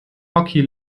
hockey